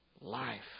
life